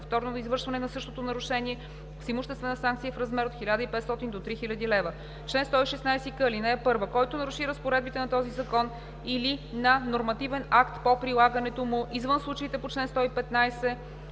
повторно извършване на същото нарушение – с имуществена санкция в размер от 1500 до 3000 лв. Чл. 116к. (1) Който наруши разпоредбите на този закон или на нормативен акт по прилагането му, извън случаите по чл. 115